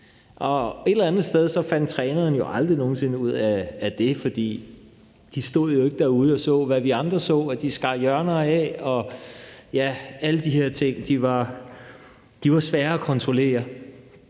sted med kun at løbe 9 km. Trænerne fandt aldrig nogen sinde ud af det, for de stod jo ikke derude og så, hvad vi andre så, altså at nogle skar hjørner af. Alle de her ting var svære at kontrollere.